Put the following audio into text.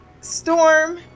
storm